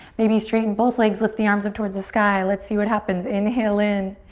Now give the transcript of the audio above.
maybe straighten both legs, lift the arms up towards the sky. let's see what happens. inhale in.